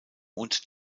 und